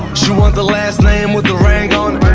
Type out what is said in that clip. she want the last name with the ring on